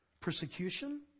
persecution